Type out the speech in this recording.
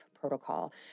protocol